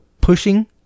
pushing